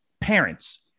parents